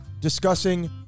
discussing